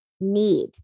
need